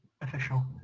official